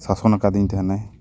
ᱥᱟᱥᱚᱱ ᱟᱠᱟᱫᱤᱧ ᱛᱟᱦᱮᱱᱮ